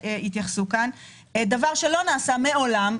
דבר שלא נעשה מעולם,